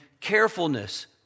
carefulness